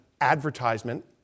advertisement